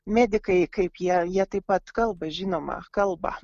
medikai kaip jie jie taip pat kalba žinoma kalba